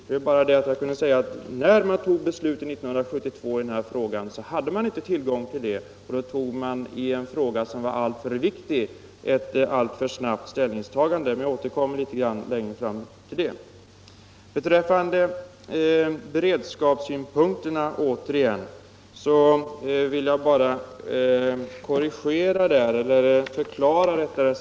Det är bara det att när man alltför snabbt fattade beslutet i denna viktiga fråga 1972 så hade vi inte tillgång till någon sådan svensk dataindustri. Men till den saken återkommer jag litet längre fram. Beträffande beredskapssynpunkterna vill jag förklara mig litet.